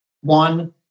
One